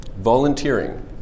Volunteering